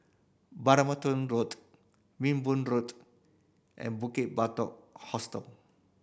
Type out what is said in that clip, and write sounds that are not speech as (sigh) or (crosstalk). (unintelligible) Road Minbu Road and Bukit Batok Hostel